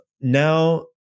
now